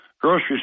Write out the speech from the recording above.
grocery